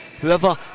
whoever